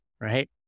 right